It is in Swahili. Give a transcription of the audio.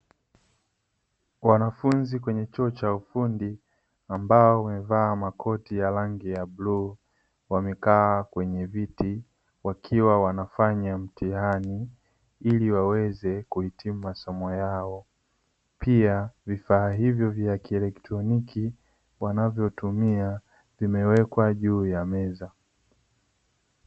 Wanafunzi kwenye chuo cha ufundi ambao wamevaa makoti ya rangi ya bluu; wamekaa kwenye viti wakiwa wanafanya mtihani ili waweze kuhitimu masomo yao, pia vifaa hivyo vya kielektroniki wanavyotumia vimewekwa juu ya meza.